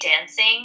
dancing